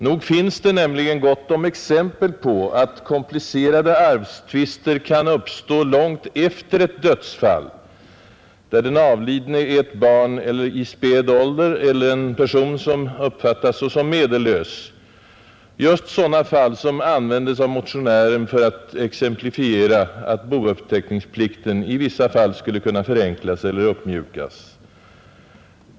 Nog finns det nämligen gott om exempel på att komplicerade arvstvister kan uppstå långt efter ett dödsfall, där den avlidne är ett barn i späd ålder eller en person som uppfattas såsom medellös — just sådana fall som användes av motionären för att exemplifiera att bouppteckningsplikten i vissa fall skulle kunna förenklas eller uppmjukas.